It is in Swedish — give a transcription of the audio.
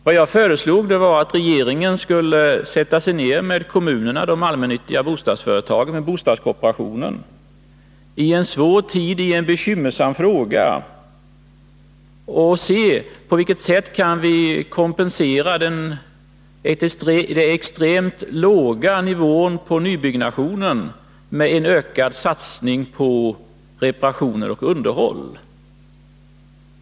Vad jag föreslog var att regeringen — i en svår tid och i en bekymmersam fråga — skulle sätta sig ned med kommunerna, de allmännyttiga bostadsföretagen och bostadskooperationen för att studera på vilket sätt den extremt låga nivån på nybyggnationen kan kompenseras med en ökad satsning på reparationer och underhåll.